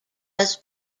was